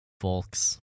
folks